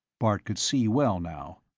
bart could see well now.